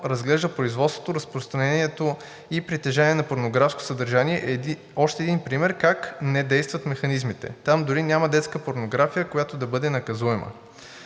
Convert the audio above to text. разглежда производството, разпространението и притежание на порнографско съдържание, е още един пример как не действат механизмите. Там дори няма детска порнография, която да бъде наказуема.